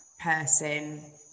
person